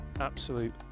Absolute